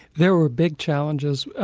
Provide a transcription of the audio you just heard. there were big challenges.